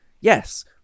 yes